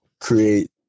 create